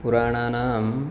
पुराणानाम्